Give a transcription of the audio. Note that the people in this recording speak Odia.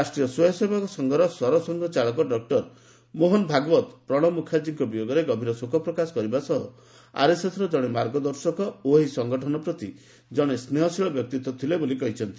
ରାଷ୍ଟ୍ରୀୟ ସ୍ୱୟଂସେବକ ସଂଘର ସରସଂଘ ଚାଳକ ଡକ୍ର ମୋହନ ଭାଗବତ ପ୍ରଣବ ମୁଖାର୍ଜୀଙ୍କ ବିୟୋଗରେ ଗଭୀର ଶୋକ ପ୍ରକାଶ କରିବା ସହ ଆର୍ଏସ୍ଏସ୍ର ଜଣେ ମାର୍ଗଦର୍ଶକ ଓ ଏହି ସଂଗଠନ ପ୍ରତି ଜଣେ ସ୍ନେହଶୀଳ ବ୍ୟକ୍ତି ଥିଲେ ବୋଲି କହିଛନ୍ତି